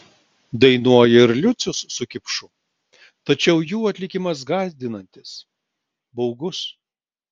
dainuoja ir liucius su kipšu tačiau jų atlikimas gąsdinantis baugus